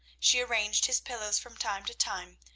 she arranged his pillows from time to time,